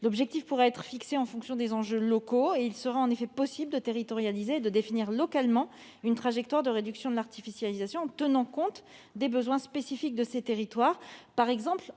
L'objectif pourra être fixé en fonction des enjeux locaux et il sera en effet possible de territorialiser, de définir localement, une trajectoire de réduction de l'artificialisation, en tenant compte des besoins spécifiques de ces territoires, par exemple en matière